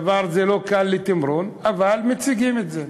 דבר זה לא קל לתמרון, אבל מציגים את זה.